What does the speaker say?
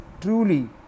truly